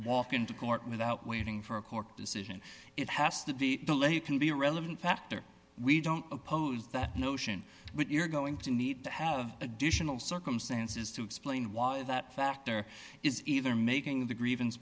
walk into court without waiting for a court decision it has to be delayed you can be a relevant factor we don't oppose that notion but you're going to need to have additional circumstances to explain why that factor is either making the grievance